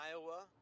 Iowa